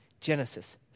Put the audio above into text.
Genesis